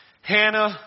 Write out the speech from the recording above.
Hannah